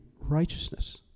righteousness